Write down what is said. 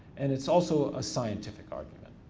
and it's also a scientific argument.